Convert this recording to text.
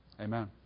Amen